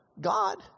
God